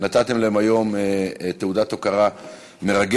נתתם להם היום תעודת הוקרה מרגשת.